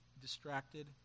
distracted